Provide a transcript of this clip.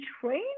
train